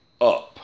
up